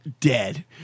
dead